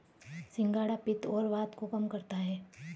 सिंघाड़ा पित्त और वात को कम करता है